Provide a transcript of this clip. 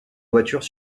voitures